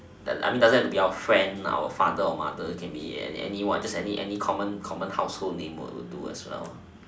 I I mean doesn't mean have to be our friend our father or mother it can be anyone just any any common common household name will will do as well